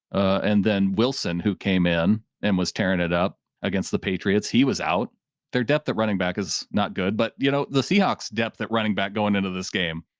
and then wilson who came in and was tearing it up against the patriots. he was out there, depth that running back is not good, but you know the seahawks depth that running back, going into this game,